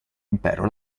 impero